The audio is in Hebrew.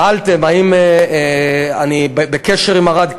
שאלתם: האם אני בקשר עם ערד?